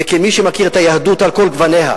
וכמי שמכיר את היהדות על כל גווניה,